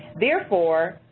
therefore,